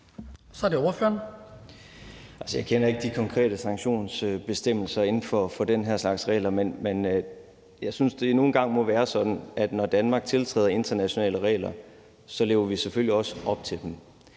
Jeg kender ikke de konkrete sanktionsbestemmelser inden for den her slags regler, men jeg synes, at det nu engang må være sådan, at når vi i Danmark tiltræder internationale regler, lever vi selvfølgelig også op til dem.